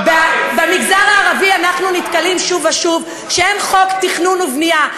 שבמגזר הערבי אנחנו נתקלים שוב ושוב בכך שאין חוק תכנון ובנייה,